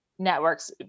Networks